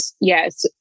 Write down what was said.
yes